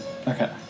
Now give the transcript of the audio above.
Okay